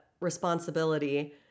responsibility